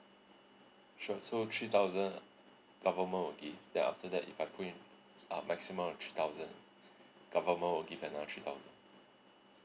sure so three thousand government will give then after that if I put in uh maximum of three thousand government will give another three thousand